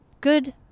good